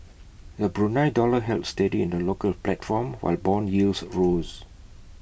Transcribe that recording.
the Brunei dollar held steady in the local platform while Bond yields rose